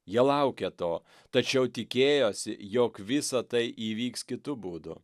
jie laukė to tačiau tikėjosi jog visa tai įvyks kitu būdu